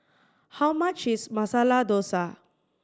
how much is Masala Dosa